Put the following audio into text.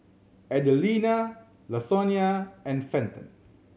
Adelina Lasonya and Fenton